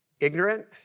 ignorant